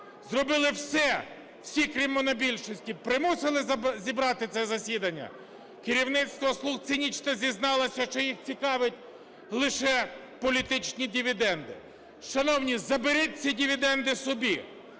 зробили все, всі, крім монобільшості, примусили зібрати це засідання, керівництво "слуг" цинічно зізналося, що їх цікавлять лише політичні дивіденди. Шановні, заберіть ці дивіденди собі,